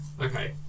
okay